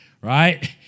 Right